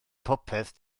popeth